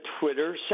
Twitter